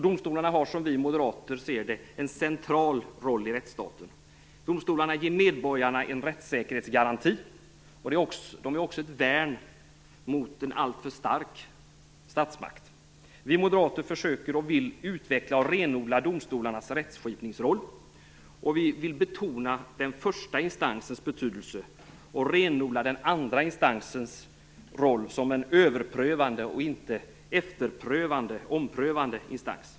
Domstolarna har som vi moderater ser det en central roll i rättsstaten. Domstolarna ger medborgarna en rättssäkerhetsgaranti, och de är också ett värn mot en alltför stark statsmakt. Vi moderater försöker och vill utveckla och renodla domstolarnas rättsskipningsroll. Vi vill betona den första instansens betydelse och renodla den andra instansens roll som en överprövande och inte efterprövande, omprövande instans.